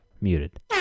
Muted